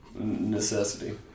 necessity